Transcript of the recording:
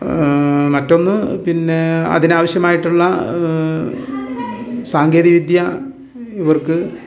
മറ്റൊന്ന് പിന്നെ അതിനാവശ്യമായിട്ടുള്ള സാങ്കേതിക വിദ്യ ഇവർക്ക്